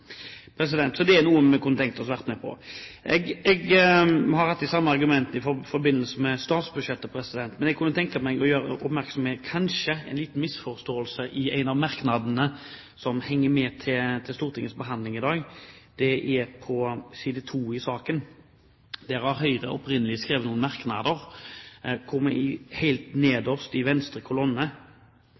Så det er noe vi kunne tenkt oss å være med på. Vi har hatt de samme argumentene i forbindelse med statsbudsjettet, men jeg kunne tenke meg å gjøre oppmerksom på kanskje en liten misforståelse i en av merknadene i innstillingen til Stortinget som vi behandler i dag. På side 2 i innstillingen har Høyre opprinnelig skrevet noen merknader helt nederst i venstre kolonne. Dette er egentlig til Venstre